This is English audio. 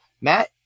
matt